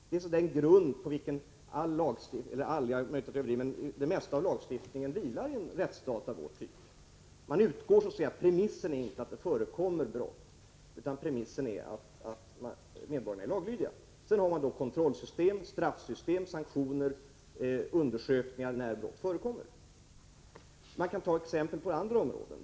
Det är den grund på vilken det mesta av lagstiftningen vilar i en rättsstat av vårt lands typ. Premissen är inte att det förekommer brott, utan premissen är att medborgarna är laglydiga. Sedan har man då kontrollsystem och straffsystem, man tillgriper undersökningar och sanktioner när brott förekommer. Jag kan ta exempel från andra områden.